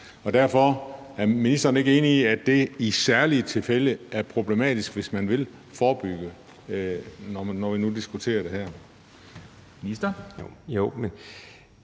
jeg høre: Er ministeren ikke enig i, at det med i særlige tilfælde er problematisk, hvis man vil forebygge, når vi nu diskuterer det her? Kl.